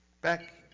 back